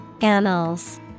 annals